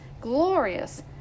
glorious